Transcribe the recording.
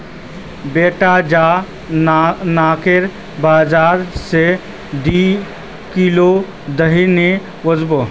बेटा जा नाकेर बाजार स दी किलो दही ने वसबो